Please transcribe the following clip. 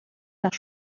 nach